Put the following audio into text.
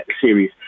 series